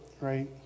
right